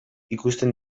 ikusten